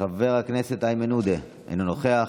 חבר הכנסת איימן עודה, אינו נוכח.